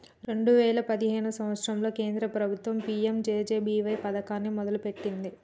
రెండే వేయిల పదిహేను సంవత్సరంలో కేంద్ర ప్రభుత్వం పీ.యం.జే.జే.బీ.వై పథకాన్ని మొదలుపెట్టింది